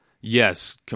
Yes